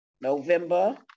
November